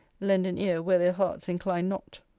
lend an ear where their hearts incline not.